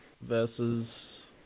versus